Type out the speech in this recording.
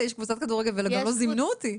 יש קבוצת כדורגל ולא זימנו אותי?